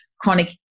chronic